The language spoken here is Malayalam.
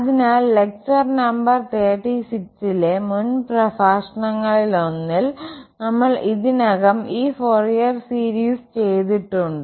അതിനാൽ ലെക്ചർ നമ്പർ 36 ലെ മുൻ പ്രഭാഷണങ്ങളിലൊന്നിൽ നമ്മൾ ഇതിനകം ഈ ഫോറിയർ സീരീസ് ചെയ്തിട്ടുണ്ട്